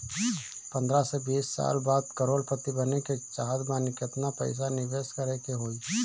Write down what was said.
पंद्रह से बीस साल बाद करोड़ पति बने के चाहता बानी केतना पइसा निवेस करे के होई?